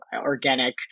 organic